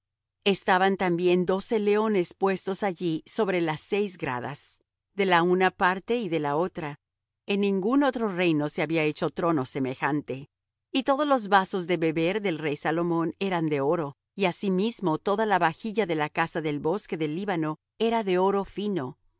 estaban también doce leones puestos allí sobre las seis gradas de la una parte y de la otra en ningún otro reino se había hecho trono semejante y todos los vasos de beber del rey salomón eran de oro y asimismo toda la vajilla de la casa del bosque del líbano era de oro fino